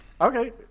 Okay